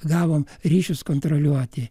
gavom ryšius kontroliuoti